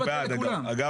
אנחנו בעד אגב.